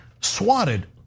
swatted